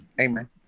Amen